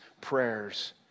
prayers